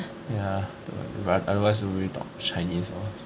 ya but otherwise nobody talk chinese lor